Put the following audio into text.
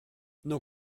nur